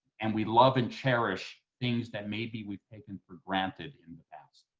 and we love and cherish things that maybe we've taken for granted in the past.